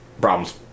Problems